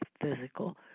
physical